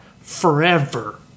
forever